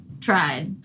tried